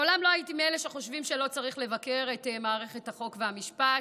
מעולם לא הייתי מאלה שחושבים שלא צריך לבקר את מערכת החוק והמשפט,